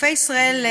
חופי ישראל,